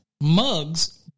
mugs